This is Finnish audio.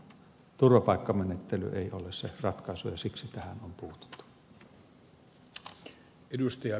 turvapaikkamenettely ei ole se ratkaisu ja siksi tähän on puututtu